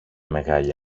μεγάλη